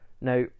now